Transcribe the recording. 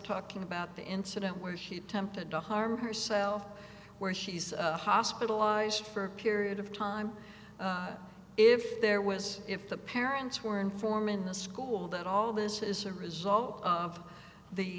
talking about the incident where she attempted to harm herself where she's hospitalized for a period of time if there was if the parents were informant in a school that all this is a result of the